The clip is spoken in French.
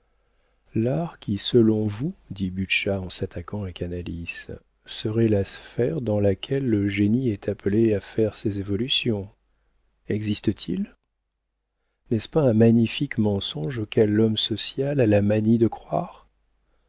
l'art qui selon vous dit butscha en s'attaquant à canalis serait la sphère dans laquelle le génie est appelé à faire ses évolutions existe-t-il n'est-ce pas un magnifique mensonge auquel l'homme social a la manie de croire